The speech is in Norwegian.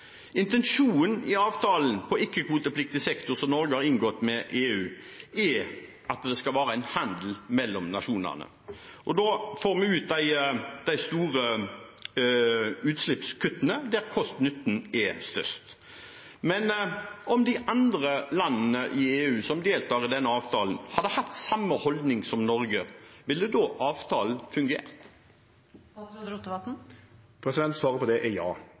Intensjonen i avtalen på ikke-kvotepliktig sektor som Norge har inngått med EU, er at det skal være en handel mellom nasjonene. Da får vi ut de store utslippskuttene, der kost–nytt er størst. Men om de landene i EU som deltar i denne avtalen, hadde hatt samme holdning som Norge, ville da avtalen fungert? Svaret på det er ja,